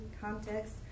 context